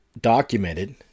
documented